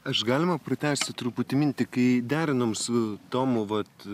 aš galima pratęsiu truputį mintį kai derinom su tomu vat